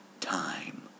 time